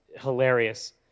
hilarious